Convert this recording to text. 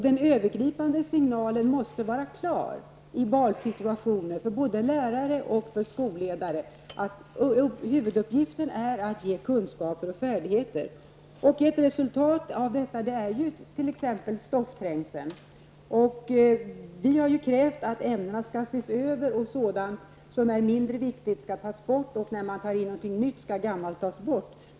Den övergripande signalen måste vara klar i valsituationer, för både lärare och skolledare, att huvuduppgiften är att ge kunskaper och färdigheter. Ett resultat av att den signalen inte ges i dagens skola är stoffträngseln. Vi har krävt att ämnena skall ses över, att sådant som är mindre viktigt tas bort och att man när något nytt förs in skall ta bort något annat.